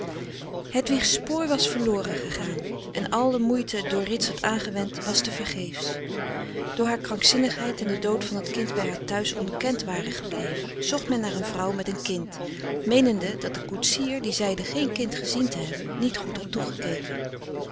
doods hedwig's spoor was verloren gegaan en alle moeite door ritsert aangewend was te vergeefs daar haar krankzinnigheid en de dood van t kind bij haar thuis onbekend waren gebleven zocht men naar een vrouw met een kind meenende dat de koetsier die zeide geen kind gezien te hebben niet goed had toegekeken